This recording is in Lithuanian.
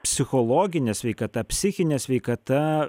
psichologine sveikata psichine sveikata